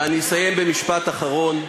ואני אסיים במשפט אחרון.